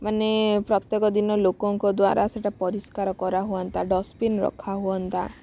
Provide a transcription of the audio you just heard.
ମାନେ ପ୍ରତ୍ୟେକ ଦିନ ଲୋକଙ୍କ ଦ୍ବାରା ସେଇଟା ପରିଷ୍କାର କରା ହୁଅନ୍ତା ଡଷ୍ଟବିନ ରଖା ହୁଅନ୍ତା